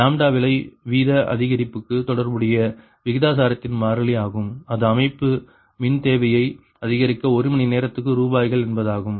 lambda விலை வீத அதிகரிப்புக்கு தொடர்புடைய விகிதாச்சாரத்தின் மாறிலி ஆகும் அது அமைப்பு மின் தேவையை அதிகரிக்க ஒரு மணி நிறத்துக்கு ரூபாய்கள் என்பதாகும்